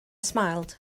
smiled